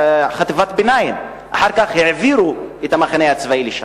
חטיבת ביניים, ואחר כך העבירו את המחנה הצבאי לשם.